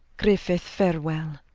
griffith farewell.